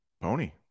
Pony